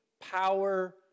power